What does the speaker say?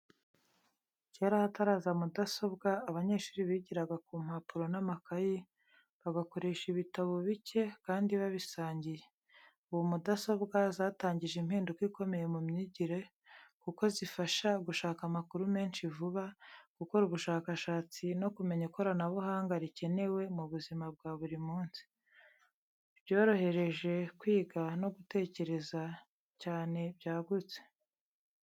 Kera hataraza mudasobwa, abanyeshuri bigiraga ku mpapuro n’amakayi, bagakoresha ibitabo bicye kandi babisangiye. Ubu mudasobwa zatangije impinduka ikomeye mu myigire, kuko zifasha gushaka amakuru menshi vuba, gukora ubushakashatsi no kumenya ikoranabuhanga rikenewe mu buzima bwa buri munsi. Byorohereje kwiga no gutekereza cyane byagutse.